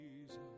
Jesus